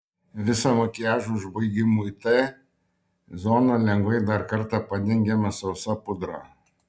viso makiažo užbaigimui t zoną lengvai dar kartą padengiame sausa pudra